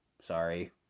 sorry